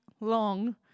long